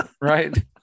Right